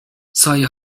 سایه